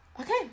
Okay